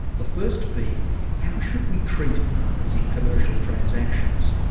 the first being how should we treat others in commercial transactions?